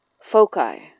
Foci